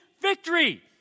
victory